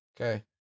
Okay